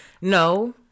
no